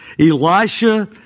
Elisha